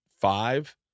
five